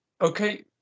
Okay